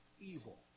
evil